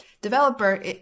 developer